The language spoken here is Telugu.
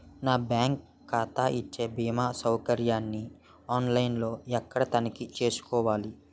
నా బ్యాంకు ఖాతా ఇచ్చే భీమా సౌకర్యాన్ని ఆన్ లైన్ లో ఎక్కడ తనిఖీ చేసుకోవాలి?